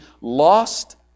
lost